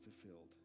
fulfilled